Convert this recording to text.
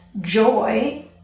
joy